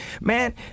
Man